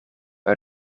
uit